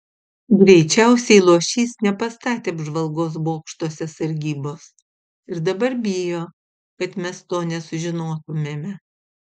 greičiausiai luošys nepastatė apžvalgos bokštuose sargybos ir dabar bijo kad mes to nesužinotumėme